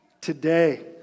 today